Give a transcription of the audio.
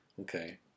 Okay